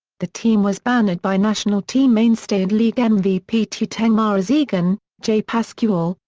the team was bannered by national team mainstay and league and mvp tuteng marasigan, jay pascual,